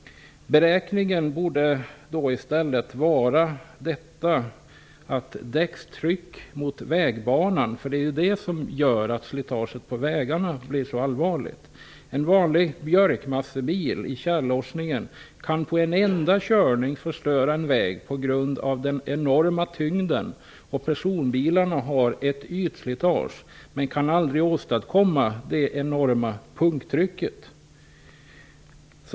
Beräkningarna borde i stället grundas på däckens tryck mot vägbanan. Det är det som gör att slitaget på vägarna blir så allvarligt. En vanlig lastbil med last av björkmassa kan på grund av sin enorma tyngd på en enda körning i tjällossningen förstöra en väg. Personbilarna utövar ett ytslitage men kan aldrig åstadkomma ett sådant enormt punkttryck.